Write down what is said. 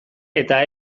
eta